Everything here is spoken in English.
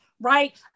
right